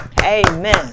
Amen